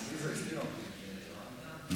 נוכח.